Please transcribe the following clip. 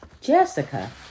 Jessica